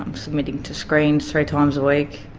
um submitting to screens three times a week,